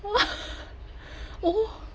oh